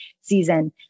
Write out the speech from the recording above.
season